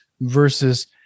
versus